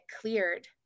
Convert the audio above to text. cleared